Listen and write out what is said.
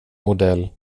modell